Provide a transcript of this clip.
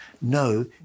no